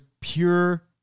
pure